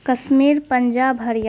Kashmir Punjab ہریا